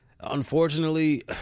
unfortunately